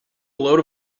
load